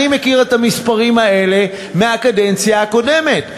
אני מכיר את המספרים האלה מהקדנציה הקודמת,